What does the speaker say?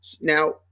Now